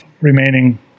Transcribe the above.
Remaining